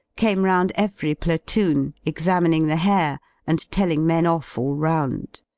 came round every platoon examining the hair and telling men off all round.